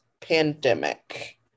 pandemic